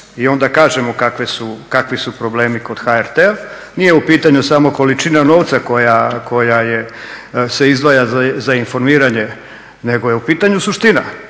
i onda kažemo kakvi su problemi kod HRT-a. Nije u pitanju samo količina novca koja se izdvaja za informiranje, nego je u pitanju suština.